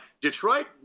Detroit